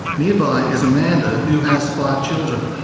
nearby is amanda, who has five children.